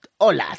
hola